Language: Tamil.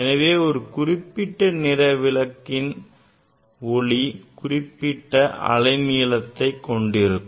எனவே ஒரு குறிப்பிட்ட நிற விளக்கு ஒளி குறிப்பிட்ட அலைநீளத்தை கொண்டிருக்கும்